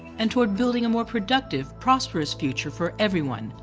and toward building a more productive, prosperous future, for everyone,